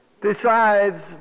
decides